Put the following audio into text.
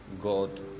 God